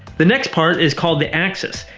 the next part is called the axis,